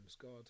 God